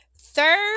Third